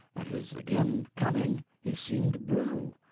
at his again coming, he seemed blue.